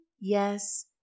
yes